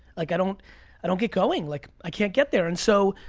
like i don't i don't get going. like i can't get there, and so